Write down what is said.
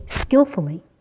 skillfully